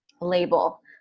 label